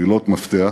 מילות מפתח,